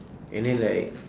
and then like